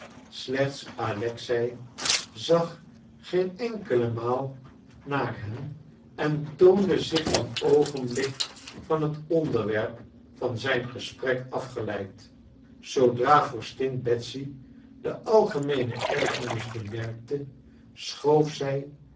slechts alexei zag geen enkele maal naar hen en toonde zich geen oogenblik van het onderwerp van zijn gesprek afgeleid zoodra vorstin betsy de algemeene ergernis bemerkte schoof zij